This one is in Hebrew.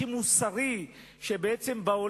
הכי מוסרי בעולם,